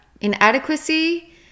inadequacy